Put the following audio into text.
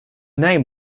name